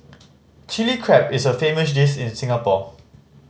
Chilli Crab is a famous dish in Singapore